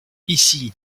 ici